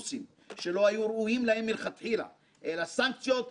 טובת הציבור עליה הוא מופקד בנהלו את כספי הציבור.